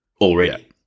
already